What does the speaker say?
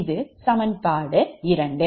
இது சமன்பாடு 2